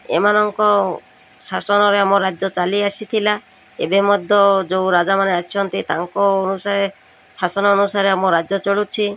ଏମାନଙ୍କ ଶାସନରେ ଆମ ରାଜ୍ୟ ଚାଲି ଆସିଥିଲା ଏବେ ମଧ୍ୟ ଯେଉଁ ରାଜାମାନେ ଆସିଛନ୍ତି ତାଙ୍କ ଅନୁସାରେ ଶାସନ ଅନୁସାରେ ଆମ ରାଜ୍ୟ ଚଳୁଛି